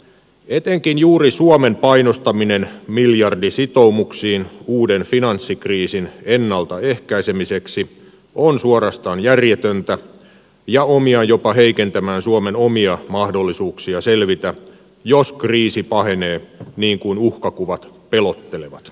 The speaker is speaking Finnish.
etenkin juuri suomen painostaminen miljardisitoumuksiin uuden finanssikriisin ennaltaehkäisemiseksi on suorastaan järjetöntä ja omiaan jopa heikentämään suomen omia mahdollisuuksia selvitä jos kriisi pahenee niin kuin uhkakuvat pelottelevat